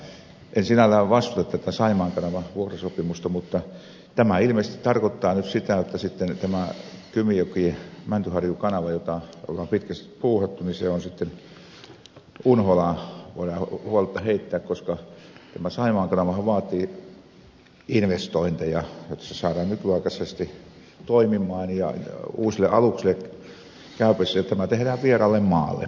en sinällään vastusta tätä saimaan kanavan vuokrasopimusta mutta tämä ilmeisesti tarkoittaa nyt sitä jotta sitten tämä kymijokimäntyharju kanava jota on pitkästi puuhattu voidaan huoletta heittää unholaan koska tämä saimaan kanavahan vaatii investointeja jotta se saadaan nykyaikaisesti toimimaan ja uusille aluksille käypäseksi ja tämä tehdään vieraalle maalle